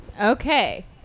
Okay